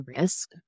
risk